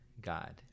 god